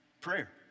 Prayer